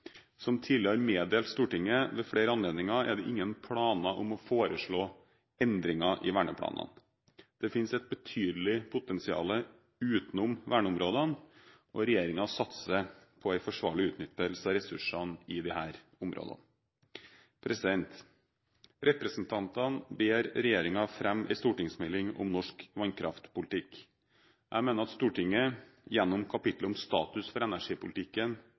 Som tidligere meddelt Stortinget ved flere anledninger er det ingen planer om å foreslå endringer i verneplanene. Det finnes et betydelig potensial utenom verneområdene, og regjeringen satser på en forsvarlig utnyttelse av ressursene i disse områdene. Representantene ber regjeringen fremme en stortingsmelding om norsk vannkraftpolitikk. Jeg mener at Stortinget gjennom kapitlet om status for energipolitikken